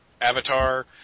avatar